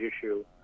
issue